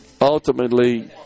ultimately